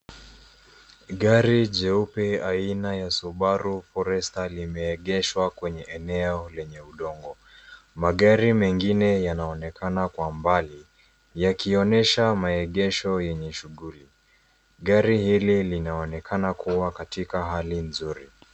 Gari jeupe aina ya Subaru Forester limeegeshwa kwenye eneo lenye udongo. Magari mengine yanaonekana kwa mbali yakionyesha maegesho yenye shughuli. Gari hili linaonekana kuwa katika hali nzuri.